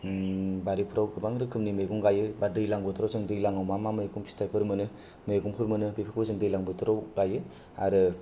बारिफोराव गोबां रोखोमनि मैगं गाययो बा दैज्लां बोथोराव जों दैज्लांआव जों मामा मैगं फिथायफोर मोनो मैगंफोर मोनो बेफोरखौ जों दैलां बोथोराव गाययो आरो